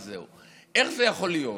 איך יכול להיות